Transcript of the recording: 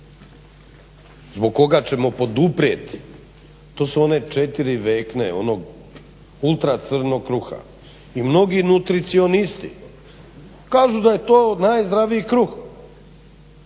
zbog koga ćemo poduprijeti, to su one 4 vekne onog ultra crnog kruha i mnogi nutricionisti kažu da je to najzdraviji kruh.